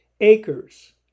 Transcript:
Acres